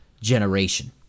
generation